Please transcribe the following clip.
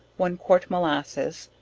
one quart molasses,